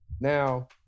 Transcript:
Now